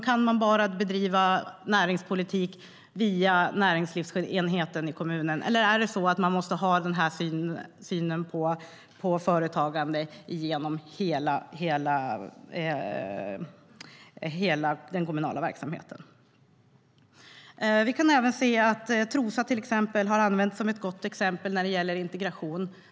Kan man bedriva näringspolitik bara via näringslivsenheten i kommunen, eller måste man ha denna syn på företagande genom hela den kommunala verksamheten? Trosa har använts som ett gott exempel på integration.